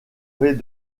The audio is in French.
rez